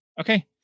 Okay